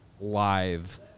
live